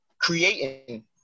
creating